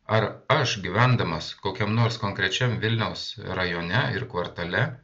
ar aš gyvendamas kokiam nors konkrečiam vilniaus rajone ir kvartale